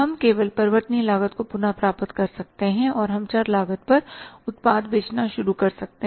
हम केवल परिवर्तनीय लागत को पुनर्प्राप्त कर सकते हैं और हम चर लागत पर उत्पाद बेचना शुरू कर सकते हैं